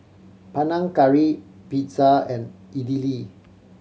Panang Curry Pizza and Idili